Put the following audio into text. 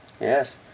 yes